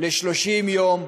ל-30 יום,